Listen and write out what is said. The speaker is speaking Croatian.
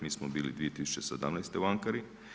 Mi smo bili 2017. u Ankari.